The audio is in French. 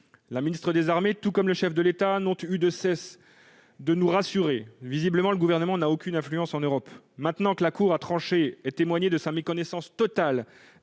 La ministre des armées tout comme le chef de l'État n'ont eu de cesse de nous rassurer. Visiblement, le Gouvernement n'a aucune influence en Europe. Maintenant que la CJUE a tranché et témoigné de sa méconnaissance totale